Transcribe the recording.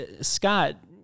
Scott